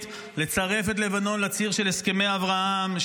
לצרף את לבנון לציר של הסכמי אברהם,